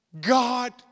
God